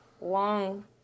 long